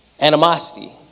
animosity